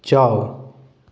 ꯆꯥꯎ